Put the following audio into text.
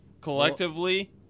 Collectively